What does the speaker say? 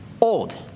old